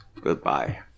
Goodbye